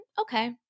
Okay